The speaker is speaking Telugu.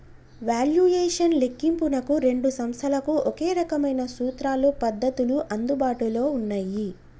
వాల్యుయేషన్ లెక్కింపునకు రెండు సంస్థలకు ఒకే రకమైన సూత్రాలు, పద్ధతులు అందుబాటులో ఉన్నయ్యి